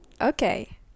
Okay